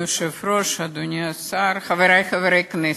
אדוני היושב-ראש, אדוני השר, חברי חברי הכנסת,